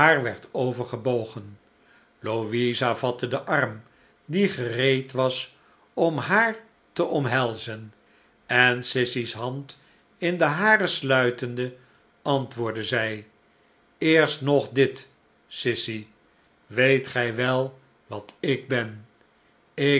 werd overgebogen louisa vatte den arm die gereed was om haar te omhelzen en sissy's hand in de hare sluitende antwoordde zij eerst nog dit sissy weet gij wel wat ik ben ik